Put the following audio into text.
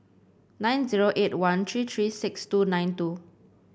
nine zero eight one three three six two nine two